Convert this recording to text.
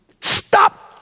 Stop